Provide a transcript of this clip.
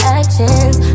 actions